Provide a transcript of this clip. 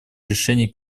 решений